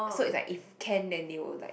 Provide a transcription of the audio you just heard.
so is like if can then they will like